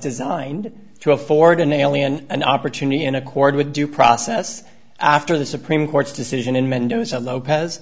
designed to afford an alien an opportunity in accord with due process after the supreme court's decision in mendoza lopez